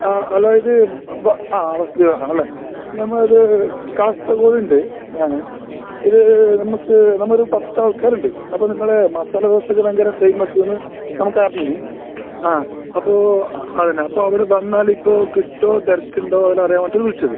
ആ ഹലോ ഇത് ആ വസന്ത് വിഹാർ ആണല്ലേ നമ്മൾ ഇത് കാസർകോഡുണ്ട് ഞാൻ ഇത് നമ്മൾക്ക് നമ്മൾ ഒരു പത്ത് ആൾക്കാരുണ്ട് അപ്പോൾ നിങ്ങളെ മസാല ദോശക്ക് ഭയങ്കര ഫേമസൂന്ന് നമ്മൾക്ക് അറിഞ്ഞു ആ അപ്പോൾ അത് തന്നെ അപ്പോൾ അവിടെ വന്നാൽ ഇപ്പോൾ കിട്ടുമോ തിരക്കുണ്ടോ എല്ലാം അറിയാൻ വേണ്ടിയിട്ട് വിളിച്ചത്